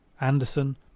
Anderson